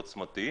עוצמתי,